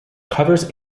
covers